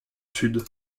sud